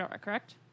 correct